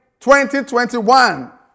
2021